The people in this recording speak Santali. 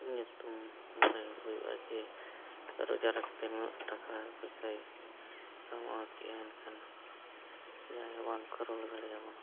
ᱧᱩᱛᱩᱢ ᱢᱟᱱᱮ ᱦᱩᱭᱩᱜᱼᱟ ᱡᱮ ᱨᱚᱡᱽᱜᱟᱨ ᱠᱟᱛᱮᱫ ᱱᱩᱱᱟᱹᱜ ᱴᱟᱠᱟᱼᱯᱚᱭᱥᱟᱭ ᱠᱟᱢᱟᱣ ᱠᱮᱫᱟ ᱮᱱᱠᱷᱟᱱ ᱡᱟᱦᱟᱸᱭ ᱦᱚᱸ ᱵᱟᱝᱠᱚ ᱨᱚᱲ ᱫᱟᱲᱮᱭᱟᱵᱚᱱᱟ